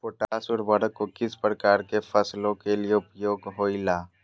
Potash उर्वरक को किस प्रकार के फसलों के लिए उपयोग होईला?